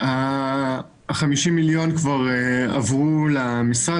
ה-50 מיליון כבר עברו למשרד.